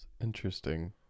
interesting